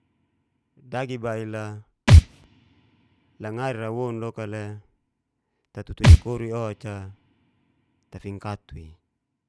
Dagi bail'a langarira woun loka le tatutu nikori o'ca tafingkatu'i